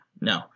no